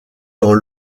dans